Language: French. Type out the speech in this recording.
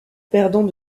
perdant